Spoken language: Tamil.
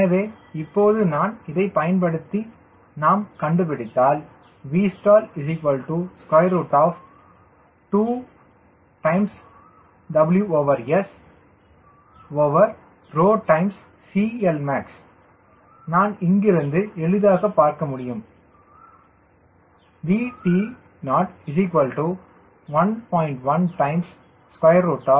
எனவே இப்போது நான் இதைப் பயன்படுத்தி நாம் கண்டுபிடித்தால் Vstall 2WSCLmax நான் இங்கிருந்து எளிதாக பார்க்க முடியும் VT0 1